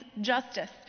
justice